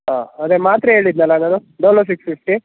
ಹಾಂ ಅದೇ ಮಾತ್ರೆ ಹೇಳಿದ್ನಲ್ಲ ಆಗಳು ಡೋಲೋ ಸಿಕ್ಸ್ ಫಿಫ್ಟಿ